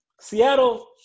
Seattle